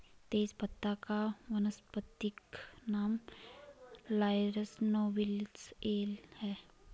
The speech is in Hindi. तेजपत्ता का वानस्पतिक नाम लॉरस नोबिलिस एल है